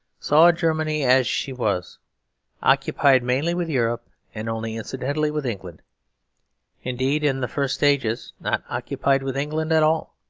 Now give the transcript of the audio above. saw germany as she was occupied mainly with europe and only incidentally with england indeed, in the first stages, not occupied with england at all.